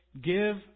Give